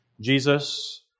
Jesus